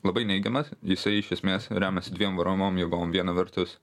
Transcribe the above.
labai neigiamas jisai iš esmės remiasi dviem varomom jėgom viena vertus